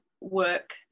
work